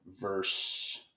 verse